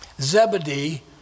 Zebedee